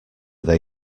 they